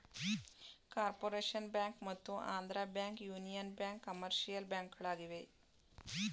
corporation bank ಮತ್ತು Andhra bank, union bank commercial ಬ್ಯಾಂಕ್ಗಳಾಗಿವೆ